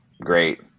Great